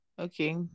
Okay